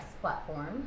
platform